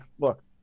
look